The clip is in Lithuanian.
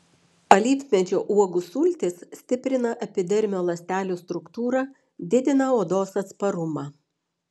alyvmedžio uogų sultys stiprina epidermio ląstelių struktūrą didina odos atsparumą